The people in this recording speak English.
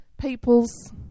people's